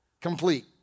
complete